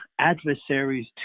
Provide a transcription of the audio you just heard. adversaries